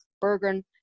Bergen